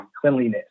cleanliness